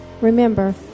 Remember